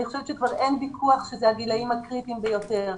אני חושבת שכבר אין ויכוח שאלה הגילים הקריטיים ביותר,